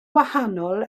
wahanol